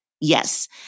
Yes